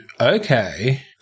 Okay